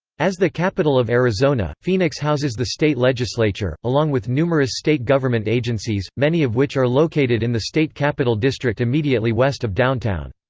as the capital of arizona, phoenix houses the state legislature, along with numerous state government agencies, many of which are located in the state capitol district immediately west of downtown.